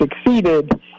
succeeded